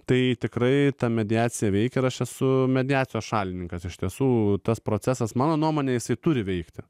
tai tikrai ta mediacija veikia ir aš esu mediacijos šalininkas iš tiesų tas procesas mano nuomone jisai turi veikti